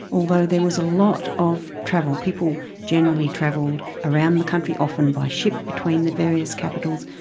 although there was a lot of travel. people generally travelled around the country, often by ship between the various capitals,